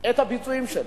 את הביצועים שלו,